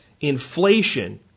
inflation